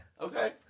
Okay